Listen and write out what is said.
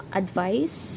advice